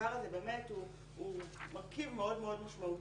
והדבר הזה באמת מרכיב מאוד מאוד משמעותי